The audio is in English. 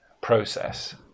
process